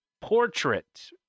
portrait